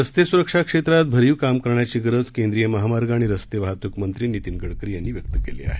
रस्ते सुरक्षा क्षेत्रात भरीव काम करण्याची गरज केंद्रीय महामार्ग आणि रस्ते वाहतुक मंत्री नितिन गडकरी यांनी व्यक्त केली आहे